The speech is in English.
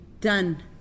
done